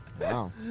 Wow